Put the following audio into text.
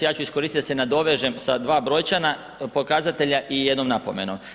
Ja ću iskoristit da se nadovežem sa dva brojčana pokazatelja i jednom napomenom.